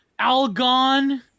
Algon